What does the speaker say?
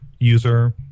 user